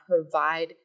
provide